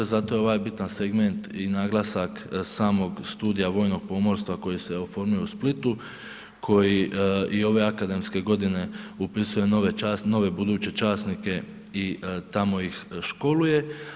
Zato je ovaj bitan segment i naglasak samog Studija vojnog pomorstva koji se oformio u Splitu koji i ove akademske godine upisuje nove buduće časnike i tamo ih školuje.